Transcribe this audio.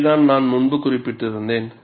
இதைத்தான் நான் முன்பு குறிப்பிட்டிருந்தேன்